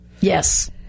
Yes